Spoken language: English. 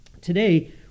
Today